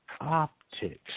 optics